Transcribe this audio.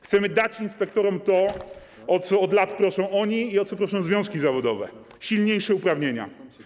Chcemy dać inspektorom to, o co od lat proszą oni, i o co proszą związki zawodowe - silniejsze uprawnienia.